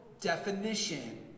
definition